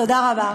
תודה רבה.